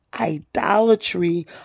idolatry